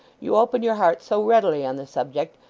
you open your heart so readily on the subject,